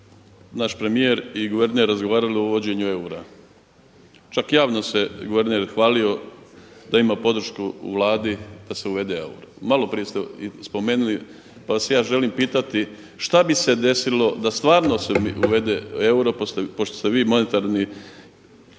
naš premijer i guverner razgovarali o uvođenju eura, čak javno se guverner hvalio da ima podršku u Vladi da se uvede euro, malo prije ste spomenuli. Pa vas ja želim pitati, šta bi se desilo da stvarno se uvede euro, pošto ste vi doktor